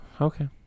Okay